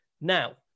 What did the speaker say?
now